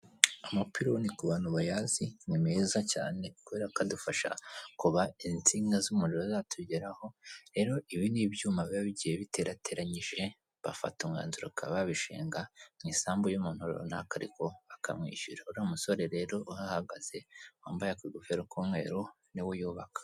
Amapiloni ku bantu bayazi ni meza cyane, kubera ko akadufasha kuba insinga z'umuriro zatugeraho. Rero ibi ni ibyuma biba bigiye biterateranyije, bafata umwanzuro bakaba babishinga mu isambu y'umuntu runaka ariko bakamwishyura, uriya musore rero uhahagaze wambaye aka gofero k'umweru niwe uyubaka.